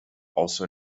also